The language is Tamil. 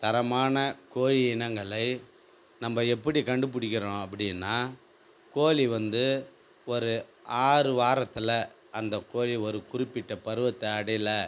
தரமான கோழி இனங்களை நம்ம எப்படி கண்டுபிடிக்குறோம் அப்படின்னா கோழி வந்து ஒரு ஆறு வாரத்தில் அந்த கோழி ஒரு குறிப்பிட்ட பருவத்தை அடையல